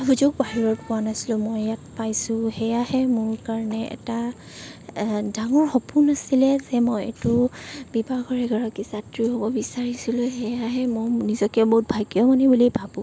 সুযোগ বাহিৰত পোৱা নাছিলোঁ মই ইয়াত পাইছোঁ সেয়াহে মোৰ কাৰণে এটা ডাঙৰ সপোন আছিলে যে মই এইটো বিভাগৰ এগৰাকী ছাত্ৰী হ'ব বিচাৰিছিলোঁ সেয়াহে মই নিজকে বহুত ভাগ্যৱতী বুলি ভাবোঁ